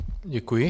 Děkuji.